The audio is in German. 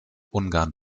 ungarn